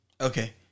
Okay